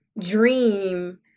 dream